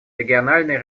региональные